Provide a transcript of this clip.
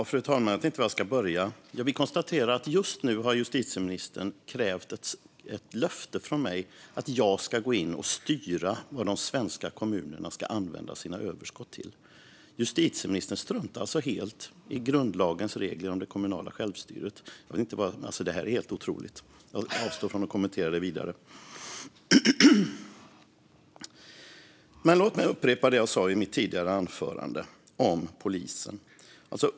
Fru talman! Jag vet inte var jag ska börja. Jag vill konstatera att justitieministern just har krävt ett löfte från mig om att jag ska gå in och styra vad de svenska kommunerna ska använda sina överskott till. Justitieministern struntar alltså helt i grundlagens regler om det kommunala självstyret. Det här är helt otroligt; jag avstår från att kommentera det vidare. Låt mig upprepa det jag sa i mitt tidigare anförande om polisen.